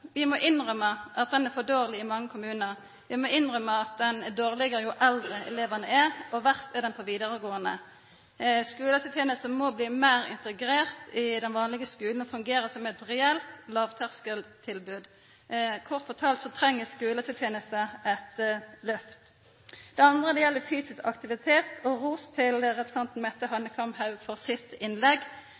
dårleg i mange kommunar. Vi må innrømma at ho er dårlegare jo eldre elevane er, og verst er det på vidaregåande. Skulehelsetenesta må bli meir integrert i den vanlege skulen og fungera som eit reelt lågterskeltilbod. Kort fortalt, skulehelsetenesta treng eit lyft. Det andre gjeld fysisk aktivitet. Her vil eg gi ros til representanten Mette Hanekamhaug sitt innlegg.